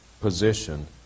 position